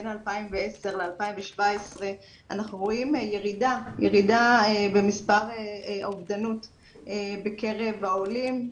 בין 2010 ל-2017 אנחנו רואים ירידה במספר האובדנות בקרב העולים.